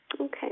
Okay